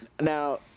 Now